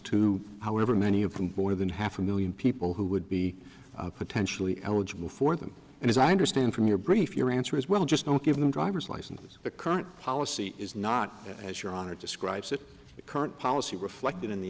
to however many of them bore than half a million people who would be potentially eligible for them and as i understand from your brief your answer is well just don't give them driver's licenses the current policy is not as your honor describes it the current policy reflected in the